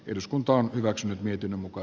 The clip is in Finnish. eduskunta on hyväksynyt miten muka